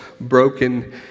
broken